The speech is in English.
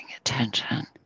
attention